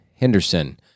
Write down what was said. Henderson